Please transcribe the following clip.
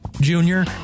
Junior